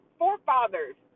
forefathers